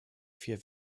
vier